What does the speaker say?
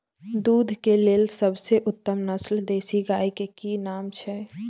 दूध के लेल सबसे उत्तम नस्ल देसी गाय के की नाम छै?